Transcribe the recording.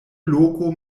loko